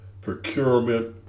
Procurement